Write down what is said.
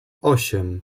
osiem